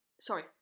sorry